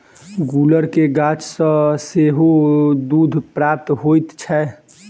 गुलर के गाछ सॅ सेहो दूध प्राप्त होइत छै